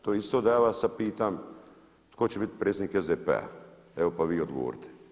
To je isto da ja vas sad pitam tko će biti predsjednik SDP-a evo pa vi odgovorite.